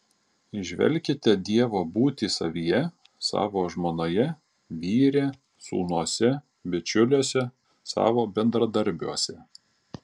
įžvelkite dievo būtį savyje savo žmonoje vyre sūnuose bičiuliuose savo bendradarbiuose